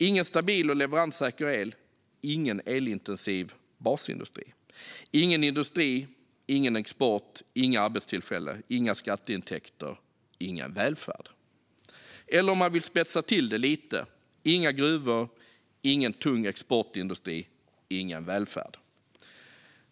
Utan stabil och leveranssäker el, ingen elintensiv basindustri. Och utan industri blir det ingen export, inga arbetstillfällen, inga skatteintäkter och ingen välfärd. Eller om man vill spetsa till det lite: Utan gruvor blir det ingen tung exportindustri och ingen välfärd.